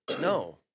No